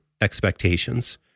expectations